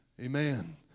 Amen